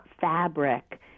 fabric